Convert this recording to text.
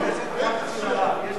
איזה זכויות יש בקואליציה?